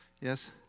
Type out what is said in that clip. Yes